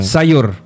Sayur